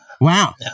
Wow